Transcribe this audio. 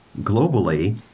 globally